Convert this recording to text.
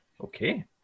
Okay